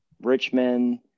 Richmond